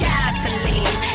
Gasoline